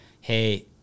hey